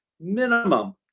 minimum